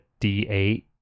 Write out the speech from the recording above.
D8